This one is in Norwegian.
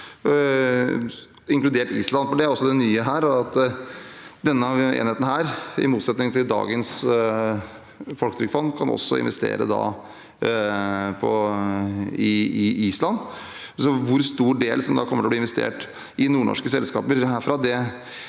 inkludert Island. Det er det nye her – at denne enheten, i motsetning til dagens folketrygdfond, også kan investere på Island. Hvor stor del som da kommer til å bli investert i nordnorske selskaper herfra,